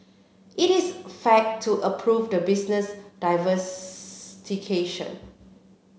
it is fact to approve the business divers